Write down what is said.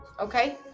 Okay